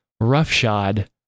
roughshod